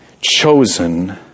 chosen